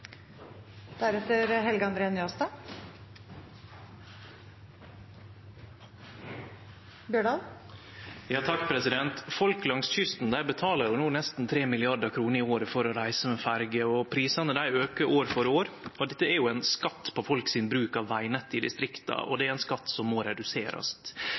Folk langs kysten betaler no nesten 3 mrd. kr i året for å reise med ferjer, og prisane aukar år for år. Dette er skatt på folks bruk av vegnettet i distrikta, og det er ein skatt som må reduserast.